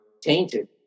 tainted